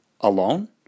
Alone